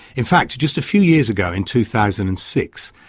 in fact, just a few years ago in two thousand and six,